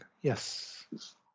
Yes